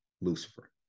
Lucifer